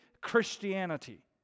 Christianity